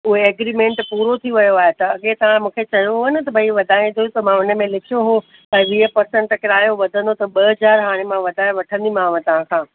उहे एग्रीमेंट पूरो थी वियो आहे त अॻे तव्हां मूंखे चयो हुओ न त भई वधाईंदसि त मां उन में लिखियो हो त वीह परसेंट त किरायो वधंदो त ॿ हज़ार हाणे मां वधाए वठंदीमांव तव्हांखा